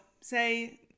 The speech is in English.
say